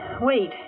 wait